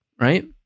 Right